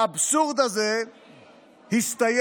האבסורד הזה הסתיים